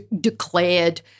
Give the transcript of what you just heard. declared